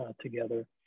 together